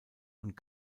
und